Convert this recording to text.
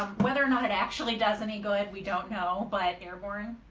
um whether or not it actually does any good we don't know but airborne?